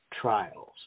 trials